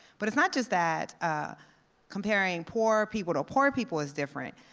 but it's not just that ah comparing poor people to poor people is different.